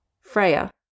Freya